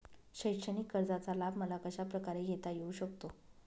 शैक्षणिक कर्जाचा लाभ मला कशाप्रकारे घेता येऊ शकतो?